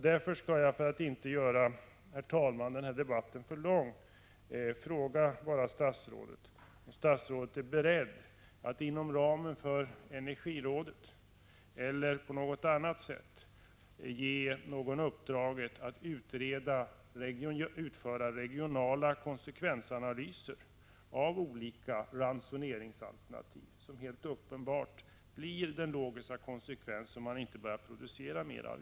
Därför skall jag, herr talman, för att inte göra denna debatt för lång, fråga om statsrådet är beredd att inom ramen för energirådet eller på något annat sätt ge någon uppdraget att utföra regionala konsekvensanalyser av olika ransoneringsalternativ, som helt uppenbart blir den logiska konsekvensen om man inte producerar mer el.